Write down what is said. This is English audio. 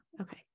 Okay